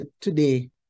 today